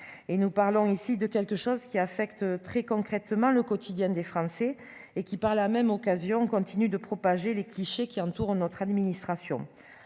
nous parlons ici de quelque chose qui affecte très concrètement le quotidien des Français et qui par la même occasion continuent de propager les clichés qui entourent notre administration